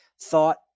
thought